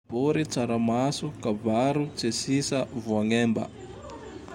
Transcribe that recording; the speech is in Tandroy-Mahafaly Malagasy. Tsaramaso, Kabaro, Tsesisa, Voagnemba.